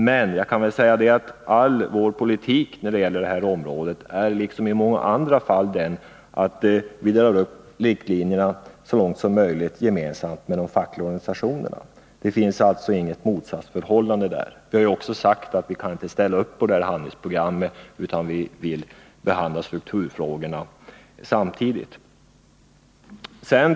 Men jag kan väl säga att vår politik när det gäller det här området, liksom i många andra fall, är den, att vi så långt som möjligt drar upp riktlinjerna gemensamt med de fackliga organisationerna. Det finns alltså inget motsatsförhållande därvidlag. Vi har också sagt att vi inte kan ställa upp på det här handlingsprogrammet, utan att vi vill behandla strukturfrågorna samtidigt.